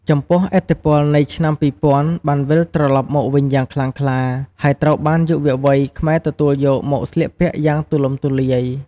ចំពោះ ឥទ្ធិពលនៃឆ្នាំ២០០០ បានវិលត្រលប់មកវិញយ៉ាងខ្លាំងក្លា ហើយត្រូវបានយុវវ័យខ្មែរទទួលយកមកស្លៀកពាក់យ៉ាងទូលំទូលាយ។